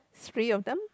three of them